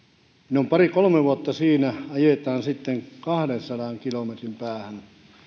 ne ovat pari kolme vuotta siinä ajetaan sitten kahdensadan kilometrin päähän